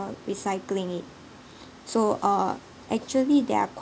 recycling it so uh actually there are